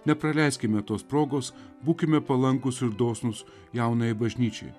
nepraleiskime tos progos būkime palankus ir dosnūs jaunajai bažnyčiai